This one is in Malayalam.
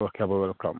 ഓക്കെ അപ്പം വെൽക്കം